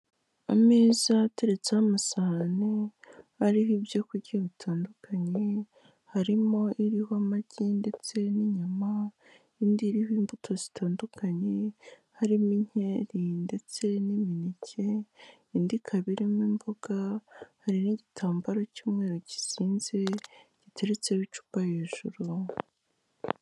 Ameza ateretseho amasahani ariho ibyo kurya bitandukanye, harimo iriho amagi ndetse n'inyama, indi iriho imbuto zitandukanye, harimo inkeri ndetse n'imineke, indi ikaba irimo imboga, hari n'igitambaro cy'umweru kizinze giteretseho icupa hejuru.